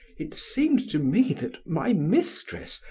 it seemed to me that my mistress,